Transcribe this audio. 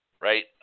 Right